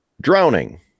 drowning